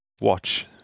watch